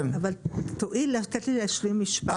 אבל תואיל לתת לי להשלים משפט.